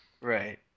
Right